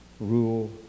rule